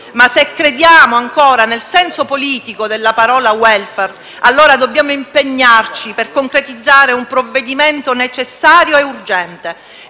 Ma se crediamo ancora nel senso politico della parola *welfare*, allora dobbiamo impegnarci per concretizzare un provvedimento necessario e urgente,